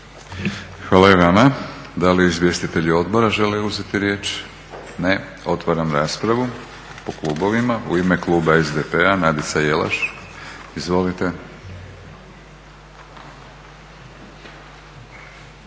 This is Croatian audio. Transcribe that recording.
Hvala i vama. Da li izvjestitelji odbora žele uzeti riječ? Ne. Otvaram raspravu po klubovima. U ime kluba SDP-a Nadica Jelaš. Izvolite.